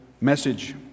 message